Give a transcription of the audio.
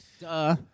Duh